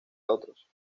otros